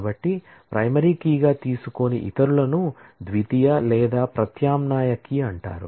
కాబట్టి ప్రైమరీ కీగా తీసుకోని ఇతరులను ద్వితీయ లేదా ప్రత్యామ్నాయ కీ అంటారు